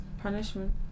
punishment